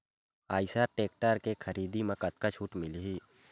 Eicher tractor के खरीदी म कतका छूट मिलही?